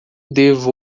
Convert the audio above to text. devo